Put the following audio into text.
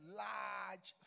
large